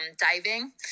diving